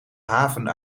haven